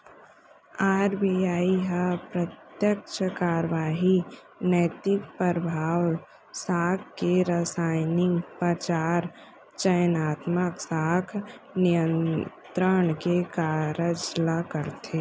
RBI ह प्रत्यक्छ कारवाही, नैतिक परभाव, साख के रासनिंग, परचार, चयनात्मक साख नियंत्रन के कारज ल करथे